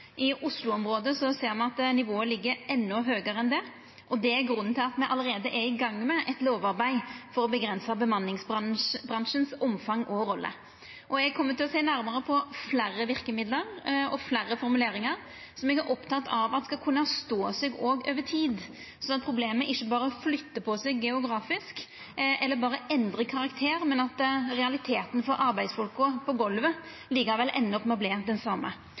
det, og det er grunnen til at me allereie er i gang med eit lovarbeid for å avgrensa omfanget og rolla til bemanningsbransjen. Eg kjem til å sjå nærmare på fleire verkemiddel og fleire formuleringar som eg er oppteken av at skal kunna stå seg òg over tid, sånn at problemet ikkje berre flyttar på seg geografisk eller berre endrar karakter, men at realiteten for arbeidsfolka på golvet likevel endar opp med å verta den same.